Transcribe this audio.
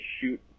shoot